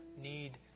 need